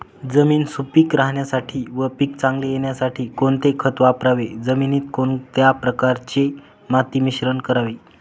जमीन सुपिक राहण्यासाठी व पीक चांगले येण्यासाठी कोणते खत वापरावे? जमिनीत कोणत्या प्रकारचे माती मिश्रण करावे?